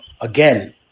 again